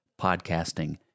podcasting